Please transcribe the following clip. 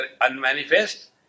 unmanifest